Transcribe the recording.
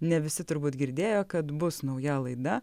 ne visi turbūt girdėjo kad bus nauja laida